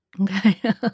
okay